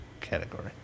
category